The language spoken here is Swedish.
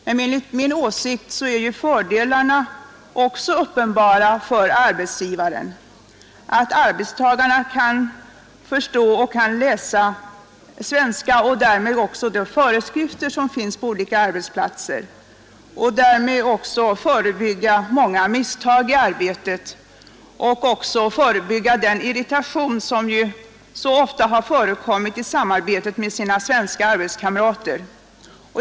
Men enligt min åsikt är fördelarna uppenbara också för arbetsgivarna, nämligen att arbetstagarna kan förstå och läsa svenska och därmed också de föreskrifter som finns på olika arbetsplatser. Därigenom kan arbetstagarna förebygga många misstag i arbetet och den irritation som ju så ofta förekommit i samarbetet med de svenska arbetskamraterna.